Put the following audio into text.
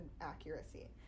accuracy